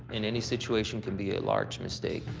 and any situation could be a large mistake.